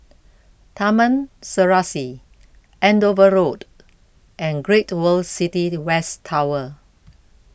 Taman Serasi Andover Road and Great World City West Tower